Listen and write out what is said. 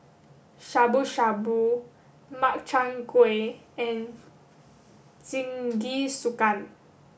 Shabu Shabu Makchang Gui and Jingisukan